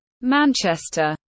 Manchester